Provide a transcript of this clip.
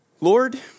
Lord